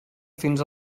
fins